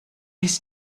his